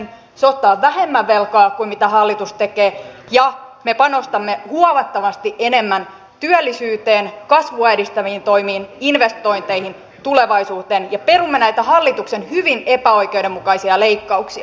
se ottaa vähemmän velkaa kuin mitä hallitus tekee ja me panostamme huomattavasti enemmän työllisyyteen kasvua edistäviin toimiin investointeihin tulevaisuuteen ja perumme näitä hallituksen hyvin epäoikeudenmukaisia leikkauksia